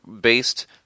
based